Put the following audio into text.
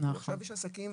עסקים